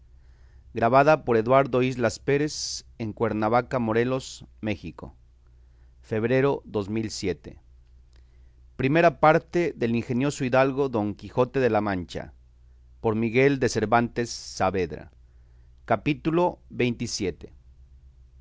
su majestad he visto este libro de la segunda parte del ingenioso caballero don quijote de la mancha por miguel de cervantes saavedra